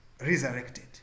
resurrected